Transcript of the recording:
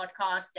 podcast